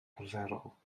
arferol